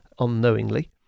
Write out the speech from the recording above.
unknowingly